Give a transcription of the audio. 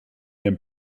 dem